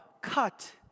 cut